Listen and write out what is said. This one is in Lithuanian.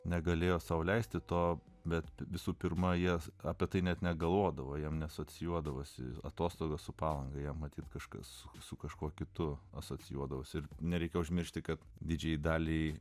negalėjo sau leisti to bet visų pirma jas apie tai net negalvodavo jam nesocijuodavosi atostogas su palanga jam matyt kažkas su kažkuo kitu asocijuodavosi ir nereikia užmiršti kad didžiajai daliai